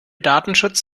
datenschutz